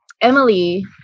Emily